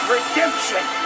Redemption